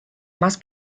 más